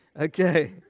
Okay